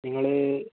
നിങ്ങള്